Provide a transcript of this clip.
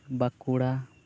Bankura